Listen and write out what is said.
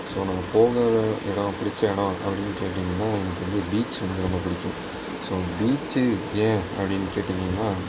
எனக்கு போகணும் இடம் பிடிச்ச இடம் அப்படினு கேட்டிங்கனா எனக்கு வந்து பீச் வந்து ரொம்ப பிடிக்கும் ஸோ பீச்சு ஏன் அப்படினு கேட்டிங்கன்னா